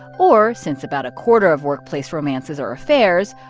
or, since about a quarter of workplace romances are affairs,